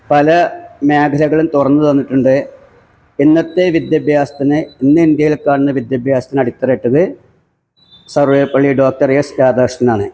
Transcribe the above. പല മേഖലകളും തുറന്ന് തന്നിട്ടുണ്ട് ഇന്നത്തെ വിദ്യാഭ്യാസത്തിന് ഇന്ന് ഇന്ത്യയില് കാണുന്ന വിദ്യാഭ്യാസത്തിന് അടിത്തറയിട്ടത് സര്വേപ്പള്ളി ഡോക്ടര് എസ് രാധാകൃഷ്ണനാണ്